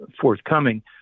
forthcoming